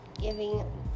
giving